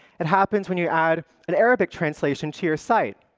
it happens when you add an arabic translation to your site,